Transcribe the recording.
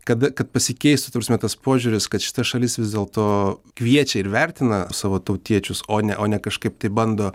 kada kad pasikeistų ta prasme tas požiūris kad šita šalis vis dėlto kviečia ir vertina savo tautiečius o ne o ne kažkaip tai bando